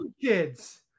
kids